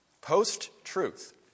post-truth